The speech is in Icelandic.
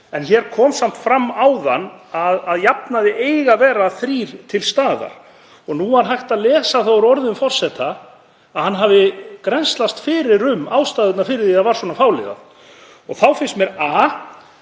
en hér kom samt fram áðan að að jafnaði eiga að vera þrír til staðar. Nú var hægt að lesa það úr orðum forseta að hann hafi grennslast fyrir um ástæðurnar fyrir því að það var svona fáliðað. Þá finnst mér